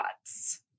thoughts